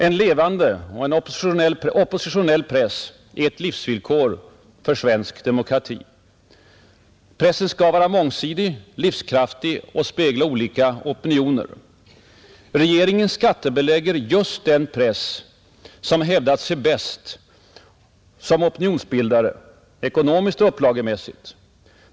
En levande — oppositionell — press är ett livsvillkor för svensk demokrati. Pressen skall vara mångsidig, livskraftig och spegla olika opinioner. Regeringen skattebelägger just den press som hävdar sig bäst som opinionsbildare — ekonomiskt och upplagemässigt.